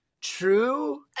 True